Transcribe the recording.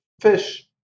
Fish